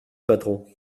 patron